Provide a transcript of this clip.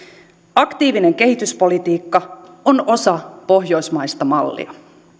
aktiivinen kehityspolitiikka on osa pohjoismaista mallia